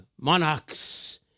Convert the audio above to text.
monarchs